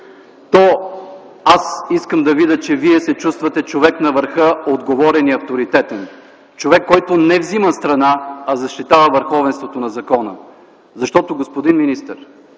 то аз искам да видя, че Вие се чувствате човек на върха – отговорен и авторитетен, човек, който не взема страна, а защитава върховенството на закона. Защото, господин министър,